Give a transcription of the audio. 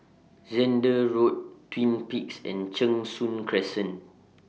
Zehnder Road Twin Peaks and Cheng Soon Crescent